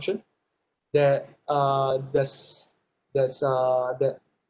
that uh there's that's uh that